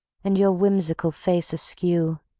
and your whimsical face askew.